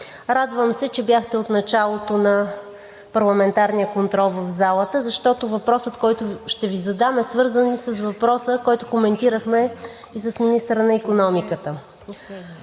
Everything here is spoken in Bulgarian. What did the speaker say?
радвам се, че бяхте от началото на парламентарния контрол в залата, защото въпросът, който ще Ви задам, е свързан и с въпроса, който коментирахме и с министъра на икономиката. Той